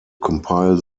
compile